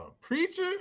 preacher